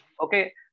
Okay